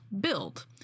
Build